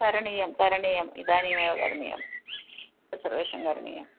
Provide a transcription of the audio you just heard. करणीयं करणीयम् इदानीमेव करणीयं तेषा सर्वेषां करणीयं